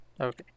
Okay